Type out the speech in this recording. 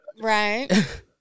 Right